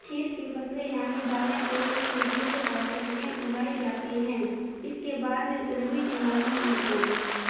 کھیت کی فصلیں یعنی دالیں تیل کے بیج اور سبزیاں اگائی جاتی ہیں اس کے بعد ربیع کے موسم میں دھان